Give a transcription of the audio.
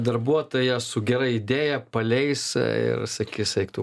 darbuotoją su gera idėja paleis ir sakys eik tu